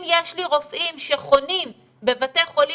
אם יש לי רופאים שחונים בבתי חולים,